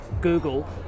Google